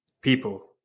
people